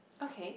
okay